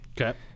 Okay